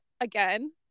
again